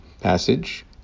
passage